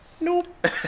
Nope